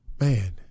Man